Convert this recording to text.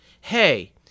hey